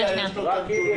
נכון.